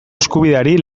eskubideari